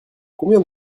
combien